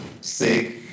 sick